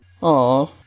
Aw